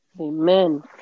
Amen